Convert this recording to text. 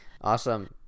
Awesome